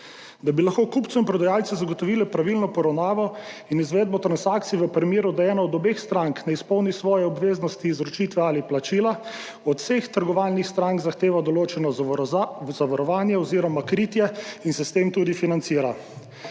Da bi lahko kupcu in prodajalcu zagotovili pravilno poravnavo in izvedbo transakcij v primeru, da ena od obeh strank ne izpolni svoje obveznosti izročitve ali plačila, od vseh trgovalnih strank zahteva določeno zavarovanje oziroma kritje in se s tem tudi financira.